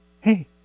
hey